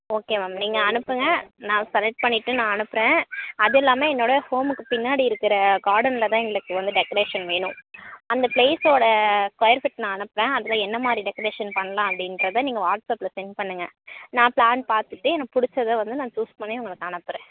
okay ma'am நீங்கள் அனுப்புங்கள் நான் செலக்ட் பண்ணிவிட்டு நான் அனுப்புகிறேன் அதுவும் இல்லாமல் என்னோடய ஹோமுக்கு பின்னாடி இருக்கிற கார்டனில் தான் எங்களுக்கு வந்து டெக்ரேஷன் வேணும் அந்த ப்ளேஸ்ஸோடய ஸ்கொயர் ஃபீட் நான் அனுப்புகிறேன் அதில் என்னமாதிரி டெக்ரேஷன் பண்ணலாம் அப்படின்றத நீங்கள் வாட்ஸ்அப்பில் செண்ட் பண்ணுங்கள் நான் ப்ளான் பார்த்துட்டு எனக்கு பிடிச்சத வந்து நான் சூஸ் பண்ணி உங்களுக்கு அனுப்புகிறேன்